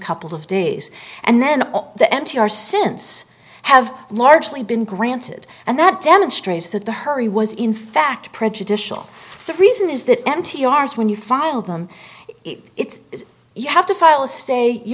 couple of days and then the m t r since have largely been granted and that demonstrates that the hurry was in fact prejudicial the reason is that m t r is when you file them it is you have to file a state you